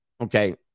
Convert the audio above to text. Okay